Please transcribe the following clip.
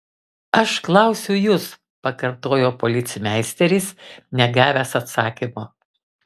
aš klausiu jus pakartojo policmeisteris negavęs atsakymo